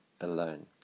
alone